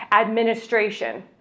administration